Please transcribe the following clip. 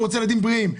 הוא רוצה ילדים בריאים.